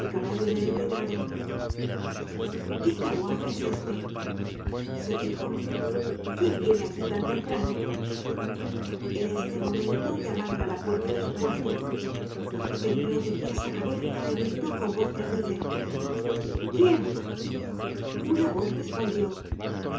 caballo en el empedrado qué carruaje es este se dijo quién viene aqui tan temprano en este momento llamaron á la puerta de su cuarto tembló de pies á cabeza y gritó con voz terrible quién una voz respondió